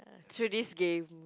through this game